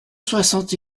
soixante